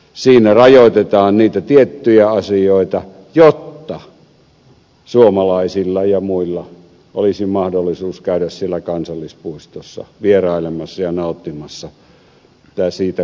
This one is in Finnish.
siinä rajoitetaan niitä tiettyjä asioita jotta suomalaisilla ja muilla olisi mahdollisuus käydä siellä kansallispuistossa vierailemassa ja nauttimassa siitä kokonaisuudesta luonnon ympäristöstä